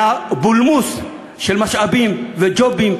מהבולמוס של משאבים וג'ובים,